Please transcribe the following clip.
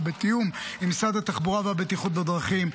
ובתיאום עם משרד התחבורה והבטיחות בדרכים,